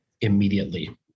immediately